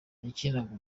yakinaga